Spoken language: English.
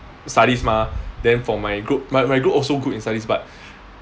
studies mah then for my group my my group also good in studies but